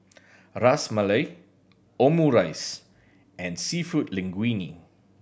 Ras Malai Omurice and Seafood Linguine